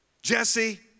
Jesse